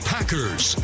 Packers